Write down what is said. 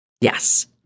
Yes